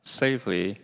safely